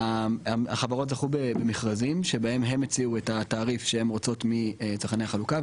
החברות זכו במכרזים שבהם הם הציעו את התעריף שהן רוצות מצרכני חלוקה,